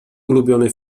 ulubiony